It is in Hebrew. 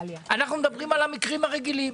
אנחנו מדברים על המקרים הרגילים.